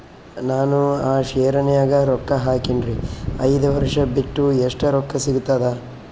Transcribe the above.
ನಾನು ಆ ಶೇರ ನ್ಯಾಗ ರೊಕ್ಕ ಹಾಕಿನ್ರಿ, ಐದ ವರ್ಷ ಬಿಟ್ಟು ಎಷ್ಟ ರೊಕ್ಕ ಸಿಗ್ತದ?